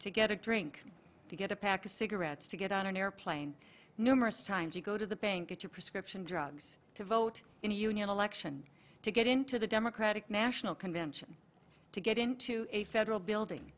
to get a drink to get a pack of cigarettes to get on an airplane numerous times you go to the bank get your prescription drugs to vote in a union election to get into the democratic national convention to get into a federal building